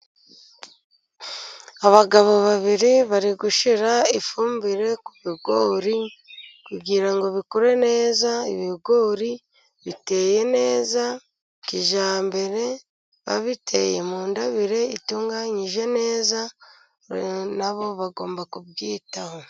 Abagabo babiri bari gushyira ifumbire ku bigori, kugira ngo bikure neza, ibigori biteye neza kijyambere, babiteye mu ntabire itunganyije neza, nabo bagomba kubyitaho.